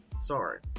sorry